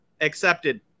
Accepted